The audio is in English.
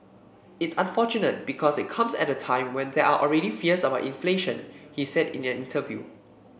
it's unfortunate because it comes at a time when there are already fears about inflation he said in an interview